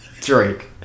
Drake